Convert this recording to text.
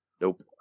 Nope